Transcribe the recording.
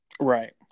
Right